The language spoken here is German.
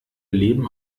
leben